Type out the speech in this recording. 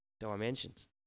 dimensions